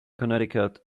connecticut